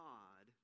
God